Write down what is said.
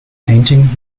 painting